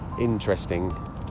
interesting